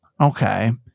Okay